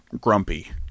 grumpy